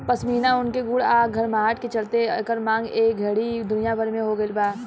पश्मीना ऊन के गुण आ गरमाहट के चलते एकर मांग ए घड़ी दुनिया भर में हो गइल बा